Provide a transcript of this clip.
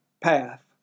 path